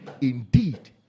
Indeed